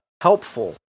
helpful